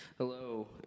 Hello